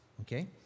Okay